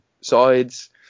sides